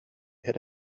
had